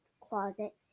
closet